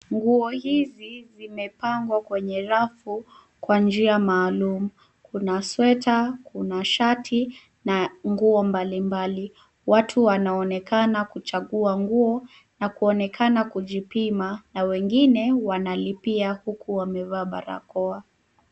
Nguo hizi zimepangwa kwenye rafu kwa njia maalum. Kuna sweta, kuna shati, na nguo mbalimbali. Watu wanaonekana kuchagua nguo na kuonekana kujipima, na wengine wanalipia huku wamevaa barakoa.